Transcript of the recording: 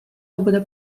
loobuda